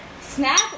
Snap